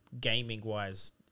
gaming-wise